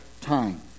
time